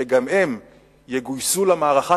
שגם הם יגויסו למערכה,